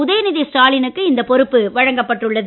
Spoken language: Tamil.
உதயநிதி ஸ்டாலினுக்கு இந்தப் பொறுப்பு வழங்கப்பட்டு உள்ளது